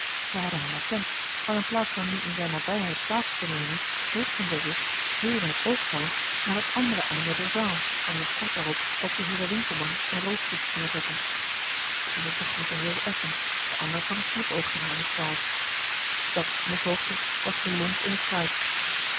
zij hadden hem herkend maar in plaats van nu in zijne nabijheid plaats te nemen richtten zij zich zeer in het oogvallend naar het andere einde der zaal waar zich kort daarop ook de heeren winkelman en rootvliet neerzetten de eerste groette heel effen de ander gaf een knipoogje aan anasthase dat knipoogje was de lont in t kruit